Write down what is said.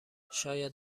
شاید